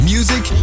Music